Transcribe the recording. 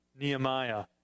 Nehemiah